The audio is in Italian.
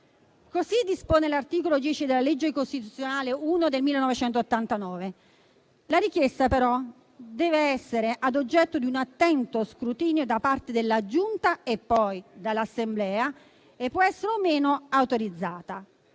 Così dispone l'articolo 10 della legge costituzionale n. 1 del 1989. La richiesta però dev'essere oggetto di un attento scrutinio da parte della Giunta e poi dell'Assemblea e può essere autorizzata